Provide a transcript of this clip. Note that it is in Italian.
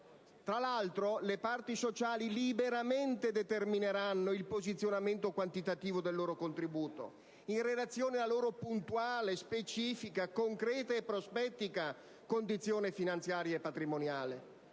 Tra l'altro, le parti sociali determineranno liberamente il posizionamento quantitativo del loro contributo, in relazione alla loro puntuale, specifica, concreta e prospettica condizione finanziaria e patrimoniale: